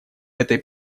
этой